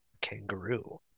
kangaroo